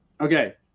Okay